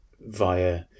via